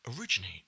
originate